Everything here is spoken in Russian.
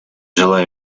желаю